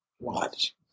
Watch